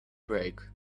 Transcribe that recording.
break